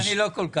אני לא כל-כך.